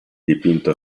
dipinto